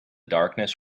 darkness